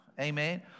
Amen